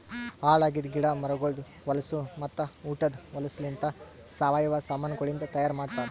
ಹಾಳ್ ಆಗಿದ್ ಗಿಡ ಮರಗೊಳ್ದು ಹೊಲಸು ಮತ್ತ ಉಟದ್ ಹೊಲಸುಲಿಂತ್ ಸಾವಯವ ಸಾಮಾನಗೊಳಿಂದ್ ತೈಯಾರ್ ಆತ್ತುದ್